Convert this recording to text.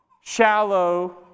shallow